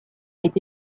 est